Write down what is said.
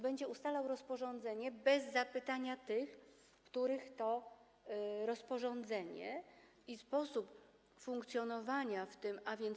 Będzie ustalał rozporządzenie bez zapytania tych, których to rozporządzenie i sposób funkcjonowania w tym, a więc